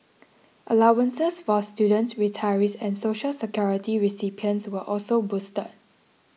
allowances for students retirees and Social Security recipients were also boosted